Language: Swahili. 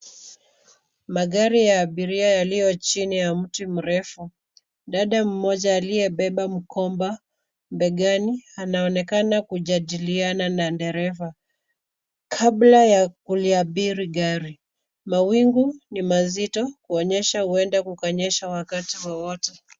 Magari ya abiria yaliyo chini ya mti mrefu. Dada mmoja aliyebeba mkoba begani anaonekana kujadiliana na dereva kabla ya kuliabiri gari. Mawingu ni mazito kuonyesha huenda kukanyesha wakati wowote.